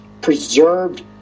preserved